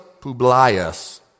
Publius